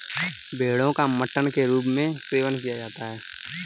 भेड़ो का मटन के रूप में सेवन किया जाता है